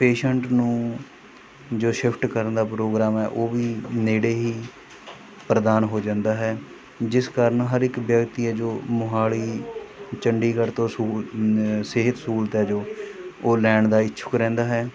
patient ਨੂੰ ਜੋ shift ਕਰਨ ਦਾ ਪ੍ਰੋਗਰਾਮ ਹੈ ਉਹ ਵੀ ਨੇੜੇ ਹੀ ਪ੍ਰਦਾਨ ਹੋ ਜਾਂਦਾ ਹੈ ਜਿਸ ਕਾਰਨ ਹਰ ਇੱਕ ਵਿਅਕਤੀ ਹੈ ਜੋ ਮੋਹਾਲੀ ਚੰਡੀਗੜ੍ਹ ਤੋਂ ਸਹੂ ਸਿਹਤ ਸਹੂਲਤ ਹੈ ਜੋ ਉਹ ਲੈਣ ਦਾ ਇੱਛੁਕ ਰਹਿੰਦਾ ਹੈ